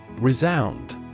Resound